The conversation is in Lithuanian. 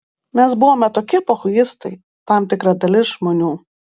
mes buvome tokie pochuistai tam tikra dalis žmonių